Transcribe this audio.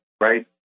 right